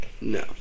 No